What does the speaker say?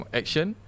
action